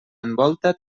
envolta